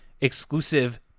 exclusive